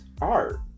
art